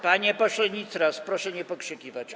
Panie pośle Nitras, proszę nie pokrzykiwać.